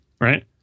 right